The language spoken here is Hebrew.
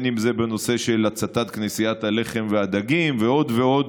בנושא של הצתת כנסיית הלחם והדגים ועוד ועוד